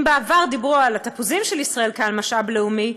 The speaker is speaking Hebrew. אם בעבר דיברו על התפוזים של ישראל כעל משאב לאומי,